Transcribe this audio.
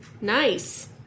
Nice